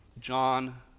John